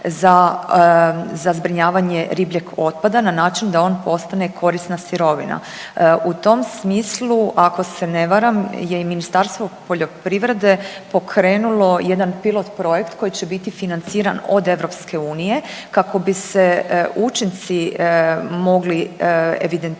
za zbrinjavanje ribljeg otpada na način da on postane korisna sirovina. U tom smislu ako se ne varam je i Ministarstvo poljoprivrede pokrenulo jedan pilot projekt koji će biti financiran od EU kako bi se učinci mogli evidentirati